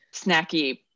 snacky